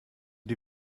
die